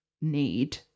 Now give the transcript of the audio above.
need